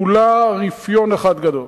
כולה רפיון אחד גדול.